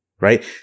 right